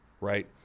right